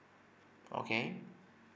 okay